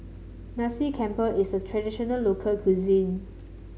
Nasi Campur is a traditional local cuisine